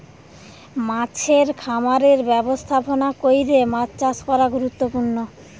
মাছের খামারের ব্যবস্থাপনা কইরে মাছ চাষ করা গুরুত্বপূর্ণ